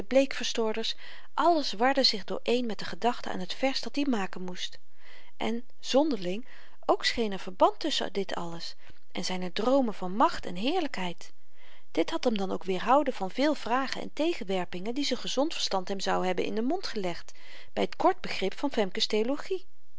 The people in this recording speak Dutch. de bleekverstoorders alles warde zich dooréén met de gedachte aan t vers dat-i maken moest en zonderling ook scheen er verband tusschen dit alles en zyne droomen van macht en heerlykheid dit had hem dan ook weêrhouden van veel vragen en tegenwerpingen die z'n gezond verstand hem zou hebben in den mond gelegd by t kort begrip van femke's